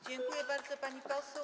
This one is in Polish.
Dziękuję bardzo, pani poseł.